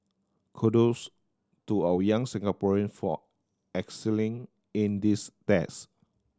kudos to our young Singaporean for excelling in these best